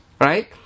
right